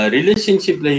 Relationship